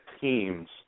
teams